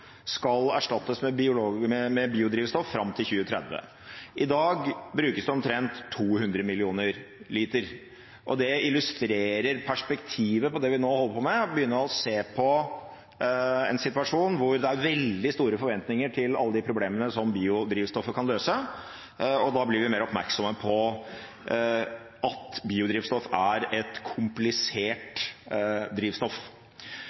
skal erstattes med biodrivstoff fram til 2030. I dag brukes det omtrent 200 millioner liter. Det illustrerer perspektivet på det vi nå holder på med, å begynne å se på en situasjon hvor det er veldig store forventninger til alle de problemene som biodrivstoffet kan løse, og da blir vi mer oppmerksomme på at biodrivstoff er et komplisert drivstoff.